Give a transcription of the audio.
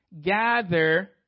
gather